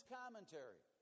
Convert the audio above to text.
commentary